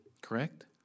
Correct